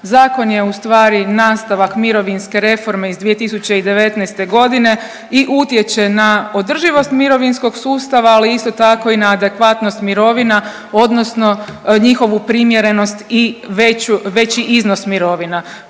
Zakon je ustvari nastavak mirovinske reforme iz 2019. godine i utječe na održivost mirovinskog sustava, ali isto i na adekvatnost mirovina odnosno njihovu primjerenost i veću, veći iznos mirovina